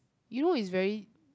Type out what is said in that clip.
you know is very